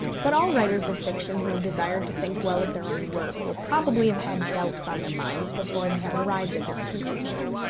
but all writers of fiction who have desired to think well of their own work, will probably have had doubts on their minds before they have arrived at this conclusion.